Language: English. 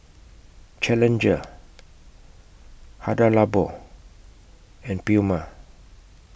Challenger Hada Labo and Puma